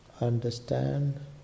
understand